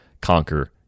conquer